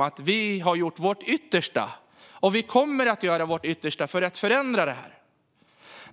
att de har gjort sitt yttersta och att de kommer att göra sitt yttersta för att förändra detta.